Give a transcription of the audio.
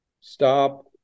stop